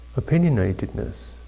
opinionatedness